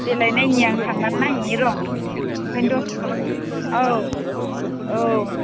देलाय नायनि आं थांनानै नायहैनि र' ओंखायनोथ' औ औ